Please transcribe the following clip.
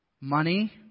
money